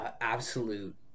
absolute